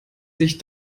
sich